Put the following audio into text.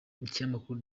ikinyamakuru